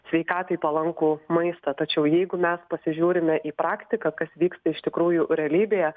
sveikatai palankų maistą tačiau jeigu mes pasižiūrime į praktiką kas vyksta iš tikrųjų realybėje